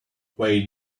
wait